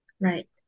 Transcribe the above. Right